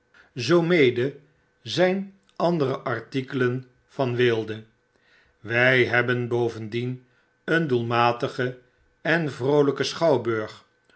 zoomede zp andere artikelen van weelde wy hebben bovendien een doelmatigen en vroolpen schouwburg